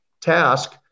task